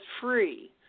free